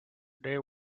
they